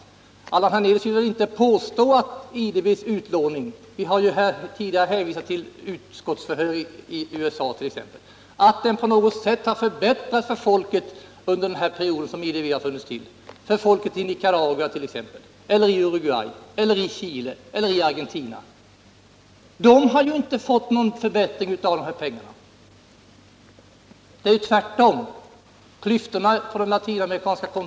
Vill Allan Hernelius påstå att IDB:s utlåning på något sätt har förbättrat situationen för folket i Latinamerika under den tid då banken har funnits till? Har folket fått det bättre i Nicaragua, i Uruguay, i Chile eller i Argentina? Sanningen är den att folket inte har fått någon förbättring tack vare bankens pengar — vi har tidigare hänvisat till bl.a. utskottsförhör i USA.